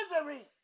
misery